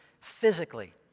physically